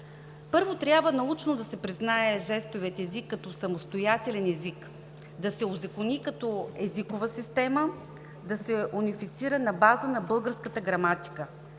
Първо, трябва научно да се признае жестовият език като самостоятелен език, да се узакони като езикова система, да се унифицира на база на българската граматика.